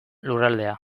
lurraldea